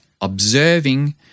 observing